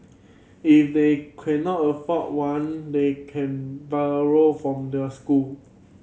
if they cannot afford one they can borrow from the school